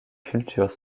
culture